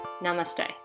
Namaste